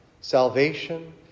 salvation